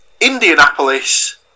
Indianapolis